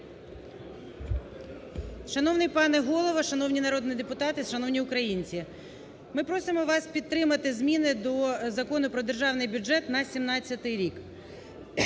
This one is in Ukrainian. Шановний пане Голово, шановні народні депутати, шановні українці! Ми просимо вас підтримати зміни до Закону України про Державний бюджет на 2017 рік.